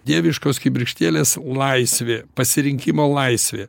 dieviškos kibirkštėlės laisvė pasirinkimo laisvė